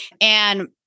And-